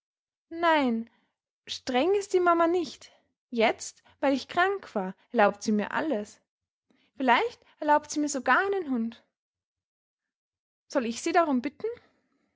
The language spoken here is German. nein streng ist die mama nicht jetzt weil ich krank war erlaubt sie mir alles vielleicht erlaubt sie mir sogar einen hund soll ich sie darum bitten